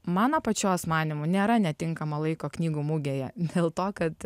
mano pačios manymu nėra netinkamo laiko knygų mugėje dėl to kad